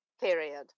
Period